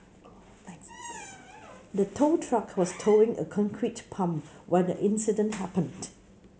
the tow truck was towing a concrete pump when the incident happened